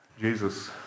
Jesus